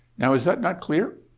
now, is that not clear?